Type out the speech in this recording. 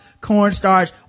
cornstarch